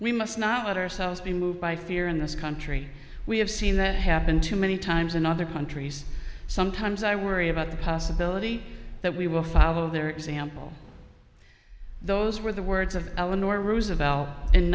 we must not let ourselves be moved by fear in this country we have seen that happen too many times in other countries sometimes i worry about the possibility that we will follow their example those were the words of eleanor roosevelt in